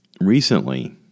Recently